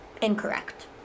incorrect